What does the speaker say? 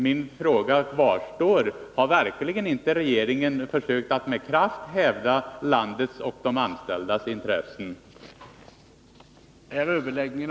Min fråga kvarstår: Har verkligen regeringen försökt att med kraft hävda landets och de anställdas intressen?